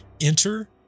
Enter